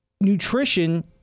nutrition